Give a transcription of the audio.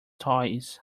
toys